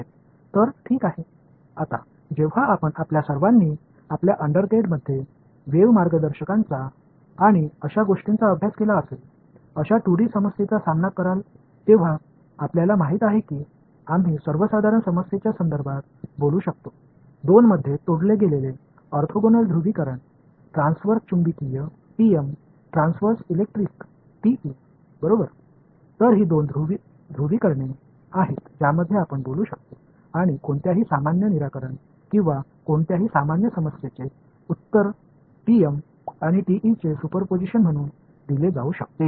இப்போது 2 டி சிக்கலைக் கையாளும் போது இளங்கலைப் பருவத்தில் அலை வழிகாட்டிஇதுபோன்ற விஷயங்களையும் நீங்கள் அனைவரும் படித்து இருப்பீர்கள் ஒரு பொதுவான பிரச்சினையின் அடிப்படையில் நம்மால் இரண்டு ஆர்த்தோகனல் போலாரிசஷன்ஸ்களாக பிரிக்க முடியும் என்பது உங்களுக்குத் தெரியும் transverse magnetic transverse electric transverse electric ஆகியவை நாம் பேசக்கூடிய இரண்டு போலாரிசஷன்ஸ்களாகும் மேலும் எந்தவொரு பொதுவான தீர்வும் அல்லது எந்தவொரு பொதுப் பிரச்சினையும் TM மற்றும் TE சூப்பர் போசிஷன்ஆக பதில் அளிக்கப்படும்